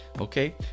Okay